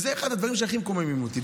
זה אחד הדברים שהכי מקוממים אותי.